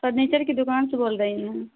furniture کی دکان سے بول رہی ہیں نا